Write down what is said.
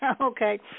Okay